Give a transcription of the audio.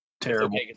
Terrible